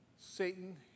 Satan